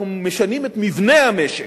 אנחנו משנים את מבנה המשק,